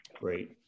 Great